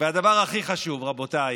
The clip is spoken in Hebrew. והדבר הכי חשוב, רבותיי: